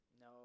No